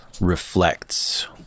reflects